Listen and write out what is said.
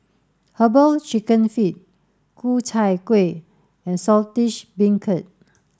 herbal chicken feet Ku Chai Kuih and Saltish Beancurd